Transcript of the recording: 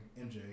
MJ